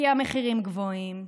כי המחירים גבוהים,